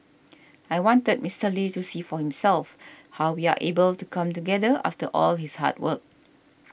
I wanted Mister Lee to see for himself how we are able to come together after all his hard work